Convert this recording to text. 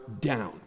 down